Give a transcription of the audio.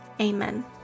Amen